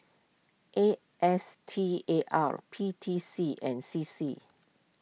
A S T A R P T C and C C